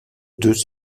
deux